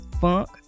funk